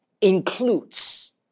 includes